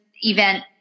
event